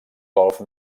golf